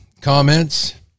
comments